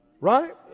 Right